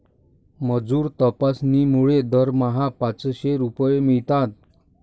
मजूर तपासणीमुळे दरमहा पाचशे रुपये मिळतात